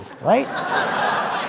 right